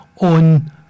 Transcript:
on